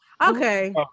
Okay